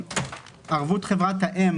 ערבות חברת האם